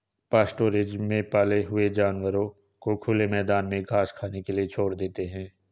pastoralism में पाले हुए जानवरों को खुले मैदान में घास खाने के लिए छोड़ देते है